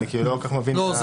אני לא כל כך מבין את ה לא,